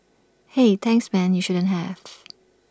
hey thanks man you shouldn't have